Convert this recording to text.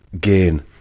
gain